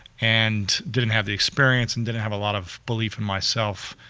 and didn't have the experience and didn't have a lot of belief in myself,